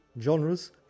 genres